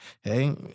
hey